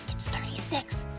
it's thirty six!